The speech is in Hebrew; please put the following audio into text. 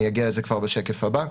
אני אגיע לזה כבר בשקף הבא.